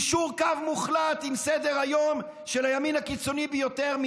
יישור קו מוחלט עם סדר-היום של הימין הקיצוני ביותר,